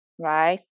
right